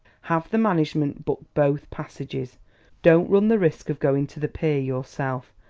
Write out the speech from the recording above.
have the management book both passages don't run the risk of going to the pier yourself.